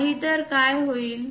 नाहीतर काय होईल